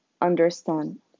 understand